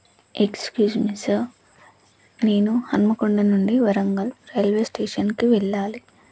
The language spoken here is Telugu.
ఎక్స్క్యూజ్ మీ సార్ నేను హనుమకొండ నుండి వరంగల్ రైల్వే స్టేషన్కి వెళ్ళాలి